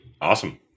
Awesome